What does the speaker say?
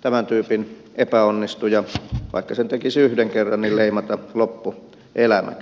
tämän tyypin epäonnistuja vaikka sen tekisi yhden kerran leimata loppuelämäksi